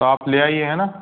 तो आप ले आइए है ना